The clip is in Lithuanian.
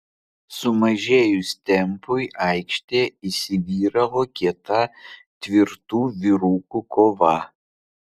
sumažėjus tempui aikštėje įsivyravo kieta tvirtų vyrukų kova